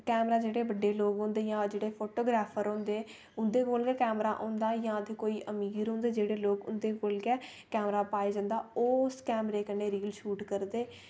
camera जेह्ड़े बड्डे लोग होंदे जां जेह्ड़े फोटोग्राफर होंदे उं'दे कोल कैमरा होंदा जां फिर कोई अमीर होऐ जेह्ड़े लोग उं'दे कोल गै कैमरा पाया जंदा ओह् उस कैमरे कन्नै रील शूट करदे